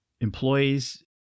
employees